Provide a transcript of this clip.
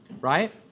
right